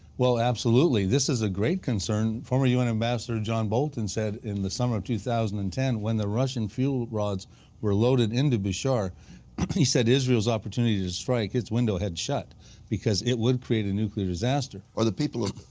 well, absolutely. this is a great concern. the former un ambassador john bolton said in the summer of two thousand and ten when the russian fuel rods were loaded into bushehr but and he said, israel's opportunity to destroy it gets window head shut because it would create a nuclear disaster. are the people,